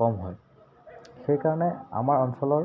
কম হয় সেইকাৰণে আমাৰ অঞ্চলৰ